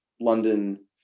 london